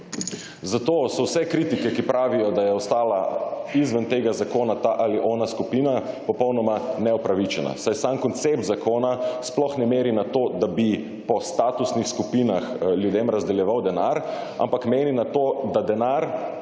Zato so vse kritike, ki pravijo, da je ostala izven tega zakona ta ali ona skupina, popolnoma neupravičena, saj sam koncept zakona sploh ne meri na to, da bi po statusnih skupinah ljudem razdeljeval denar, ampak meri na to, da denar,